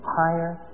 higher